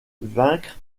vaincre